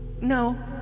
No